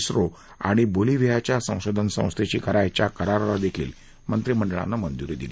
इस्त्रो आणि बोलिव्हीयाच्या संशोधन संस्थेशी करायच्या कराराला देखील मंत्रिमंडळानं मंजुरी दिली